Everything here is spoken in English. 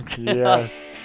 Yes